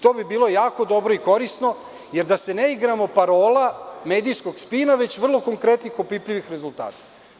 To bi bilo jako dobro i korisno, jer da se ne igramo parola medijskog spina, već vrlo konkretnih opipljivih rezultata.